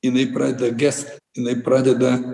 jinai pradeda gest jinai pradeda